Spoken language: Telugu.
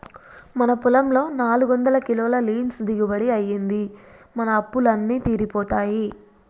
మన పొలంలో నాలుగొందల కిలోల లీన్స్ దిగుబడి అయ్యింది, మన అప్పులు అన్నీ తీరిపోతాయి